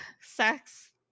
sex